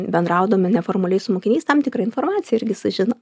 bendraudami neformaliai su mokiniais tam tikrą informaciją irgi sužino